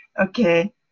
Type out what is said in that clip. okay